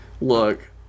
look